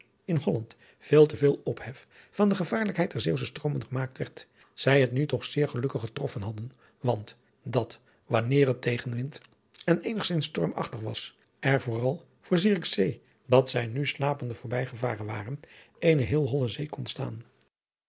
in holland veel te veel ophef van de gevaarlijkheid der zeeuwsche stroomen gemaakt werd zij het nu toch zeer gelukkig getrossen hadden want dat wanneer het tegenwind en eenigzins stormachtig was er vooral voor zierikzee dat zij nu slapende voorbijgevaren waren eene heel holle zee